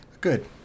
Good